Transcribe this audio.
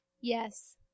Yes